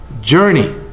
journey